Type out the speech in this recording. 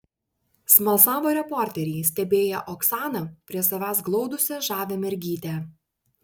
smalsavo reporteriai stebėję oksaną prie savęs glaudusią žavią mergytę